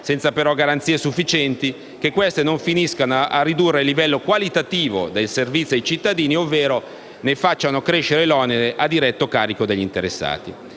senza però garanzie sufficienti che queste non finiscano per ridurre il livello qualitativo dei servizi ai cittadini ovvero ne facciano crescere l'onere a diretto carico degli interessati.